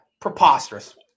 Preposterous